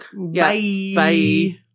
Bye